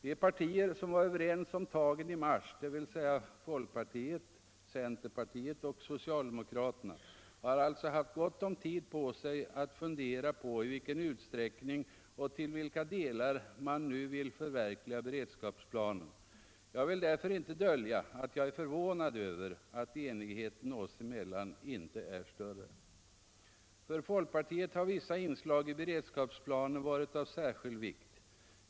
De partier som var överens om planen i mars, dvs. folkpartiet, centern och socialdemokraterna, har alltså haft gott om tid på sig att fundera på i vilken utsträckning och till vilka delar man nu vill förverkliga be redskapsplanen. Jag vill därför inte dölja att jag är förvånad över att enigheten oss emellan inte är större. För folkpartiet har vissa inslag i beredskapsplanen varit av särskild vikt.